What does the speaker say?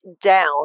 down